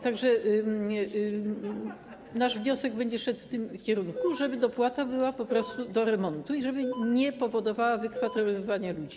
Tak że nasz wniosek będzie szedł w tym kierunku, żeby dopłata była po prostu do remontu i żeby nie powodowała wykwaterowywania ludzi.